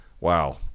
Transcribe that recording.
wow